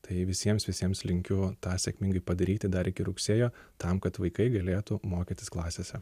tai visiems visiems linkiu tą sėkmingai padaryti dar iki rugsėjo tam kad vaikai galėtų mokytis klasėse